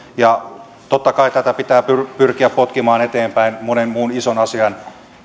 totta kai tätä pitää pyrkiä potkimaan eteenpäin monen muun ison asian